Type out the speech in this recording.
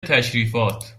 تشریفات